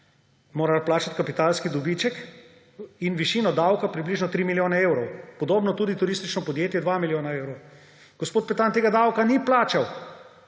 morala plačati kapitalski dobiček in višino davka približno 3 milijone evrov, podobno tudi Turistično podjetje Portorož – 2 milijona evrov. Gospod Petan tega davka ni plačal.